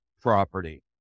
property